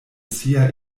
sia